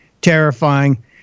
terrifying